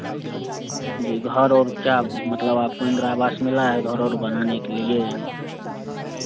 जी घर और क्या मतलब आपको इन्दिरा आवास मिला है घर और बनाने के लिए